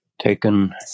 taken